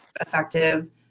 effective